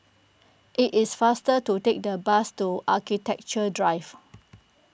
it is faster to take the bus to Architecture Drive